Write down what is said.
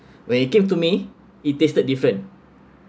when it came to me it tasted different